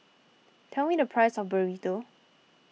tell me the price of Burrito